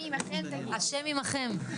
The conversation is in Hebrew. השם עמכם.